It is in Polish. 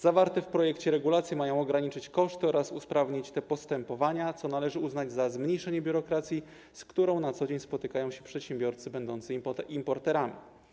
Zawarte w projekcie regulacje mają ograniczyć koszty oraz usprawnić te postępowania, co należy uznać za zmniejszenie biurokracji, z którą na co dzień spotykają się przedsiębiorcy będący importerami.